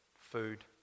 food